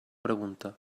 pregunta